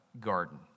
garden